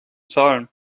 zahlen